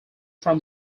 from